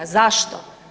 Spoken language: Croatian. Zašto?